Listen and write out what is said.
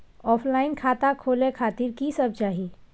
Offline खाता खोले खातिर की सब चाही?